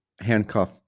handcuff